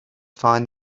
find